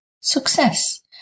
Success